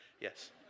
Yes